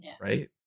right